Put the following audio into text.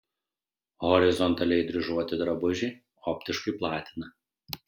horizontaliai dryžuoti drabužiai optiškai platina